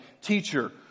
Teacher